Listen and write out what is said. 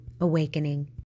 awakening